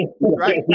Right